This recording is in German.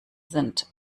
sind